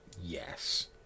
Yes